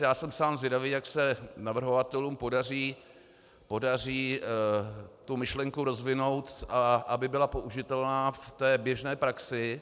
Já jsem sám zvědavý, jak se navrhovatelům podaří tu myšlenku rozvinout, aby byla použitelná v běžné praxi.